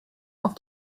auf